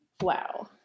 Wow